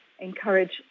encourage